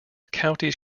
counties